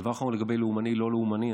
הדבר האחרון, לגבי לאומני לא לאומני.